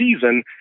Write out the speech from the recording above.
season